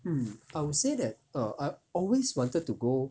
mm I would say that err I've always wanted to go